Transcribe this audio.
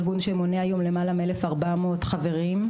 ארגון שמונה היום למעלה מ-1,400 חברים,